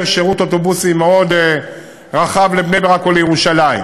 שירות אוטובוסים רחב מאוד לבני-ברק או לירושלים,